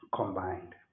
combined